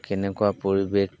কেনেকুৱা পৰিৱেশ